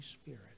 Spirit